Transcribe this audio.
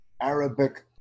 Arabic